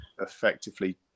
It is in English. effectively